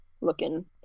looking